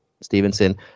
Stevenson